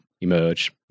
emerge